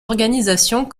organisations